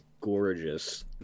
gorgeous